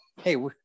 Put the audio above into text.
Hey